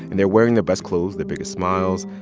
and they're wearing their best clothes, their biggest smiles.